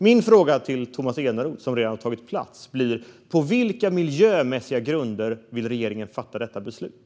Min fråga till Tomas Eneroth blir därför: På vilka miljömässiga grunder vill regeringen fatta detta beslut?